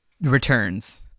Returns